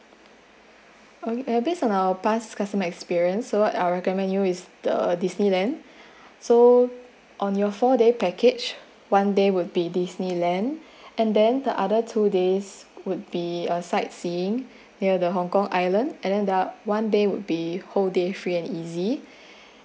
based on our past customer experience so I recommend you is the Disneyland so on your four day package one day will be Disneyland and then the other two days would be uh sightseeing near the hong kong island and then the one day would be whole day free and easy